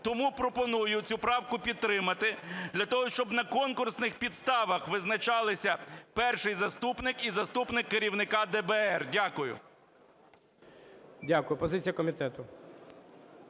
Тому пропоную цю правку підтримати для того, щоб на конкурсних підставах визначалися перший заступник і заступник керівника ДБР. Дякую. ГОЛОВУЮЧИЙ. Дякую. Позиція комітету.